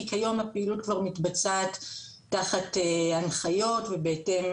כי כיום הפעילות כבר מתבצעת תחת הנחיות ובהתאם